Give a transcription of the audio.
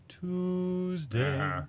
Tuesday